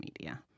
media